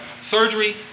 surgery